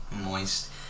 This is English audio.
moist